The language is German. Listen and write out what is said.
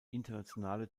internationale